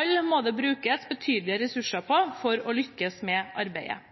Alle disse må det brukes betydelige ressurser på for å lykkes med arbeidet.